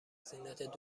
زینت